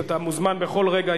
אתה מוזמן בכל רגע,